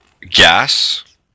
gas